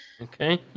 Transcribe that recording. Okay